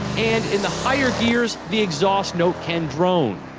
and in the higher gears, the exhaust note can drone.